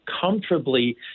comfortably